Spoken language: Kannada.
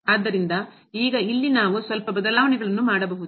ಆದ್ದರಿಂದ ಈಗ ಇಲ್ಲಿ ನಾವು ಸ್ವಲ್ಪ ಬದಲಾವಣೆಗಳನ್ನು ಮಾಡಬಹುದು